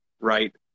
right